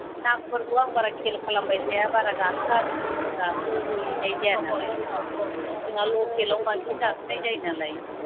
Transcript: नामफोरखौ आं बारा खेल खालामबाय थाया बारा दासो जों गाखोहैनाय जाया नालाय जोंहा लकेलावनो बांसिन गाखोनाय जायो नालाय